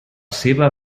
seva